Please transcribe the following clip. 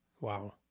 Wow